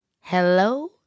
Hello